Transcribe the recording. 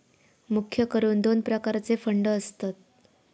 मुख्य करून दोन प्रकारचे फंड असतत